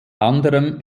anderem